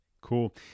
Cool